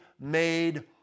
made